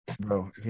bro